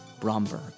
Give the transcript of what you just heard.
Bromberg